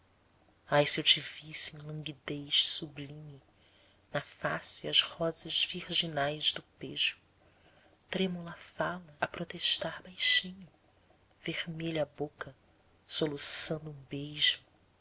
ai se eu te visse em languidez sublime na face as rosas virginais do pejo trêmula a fala a protestar baixinho vermelha a boca soluçando um beijo